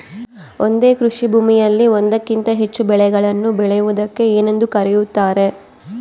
ಒಂದೇ ಕೃಷಿಭೂಮಿಯಲ್ಲಿ ಒಂದಕ್ಕಿಂತ ಹೆಚ್ಚು ಬೆಳೆಗಳನ್ನು ಬೆಳೆಯುವುದಕ್ಕೆ ಏನೆಂದು ಕರೆಯುತ್ತಾರೆ?